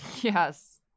Yes